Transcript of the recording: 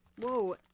Whoa